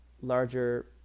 larger